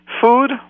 Food